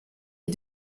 est